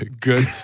Good